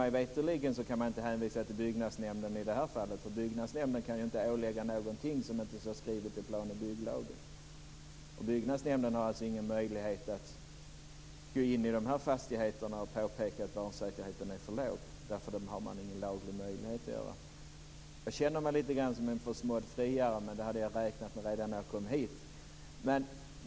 Mig veterligen kan man inte hänvisa till byggnadsnämnden i det här fallet, för byggnadsnämnden kan inte ålägga någonting som inte står skrivet i plan och bygglagen. Byggnadsnämnderna har ingen möjlighet att gå in i de här fastigheterna och påpeka att barnsäkerheten är för låg. Det har man ingen laglig möjlighet att göra. Jag känner mig lite grann som en försmådd friare, men det hade jag räknat med redan när jag kom hit.